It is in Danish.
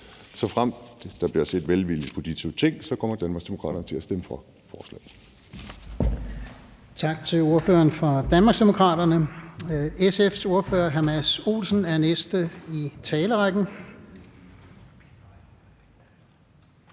Såfremt der bliver set velvilligt på de to ting, kommer Danmarksdemokraterne til at stemme for forslaget.